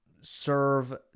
serve